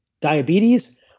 diabetes